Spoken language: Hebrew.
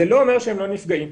זה לא אומר שהם לא נפגעים,